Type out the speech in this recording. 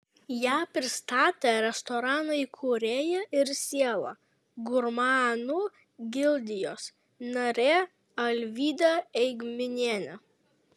ją pristatė restorano įkūrėja ir siela gurmanų gildijos narė alvyda eigminienė